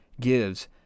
gives